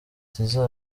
nziza